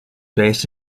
based